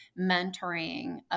mentoring